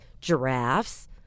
giraffes